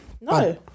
No